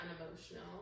unemotional